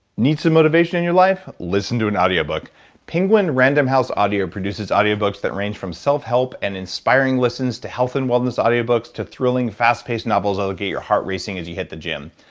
need some motivation in your life? listen to an audio book penguin random house audio produces audio books that range from self-help and inspiring listens to health and wellness audio books, to thrilling fast-paced novels that will get your heart racing as you hit the gym.